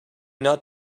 not